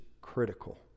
critical